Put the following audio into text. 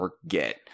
forget